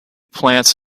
plants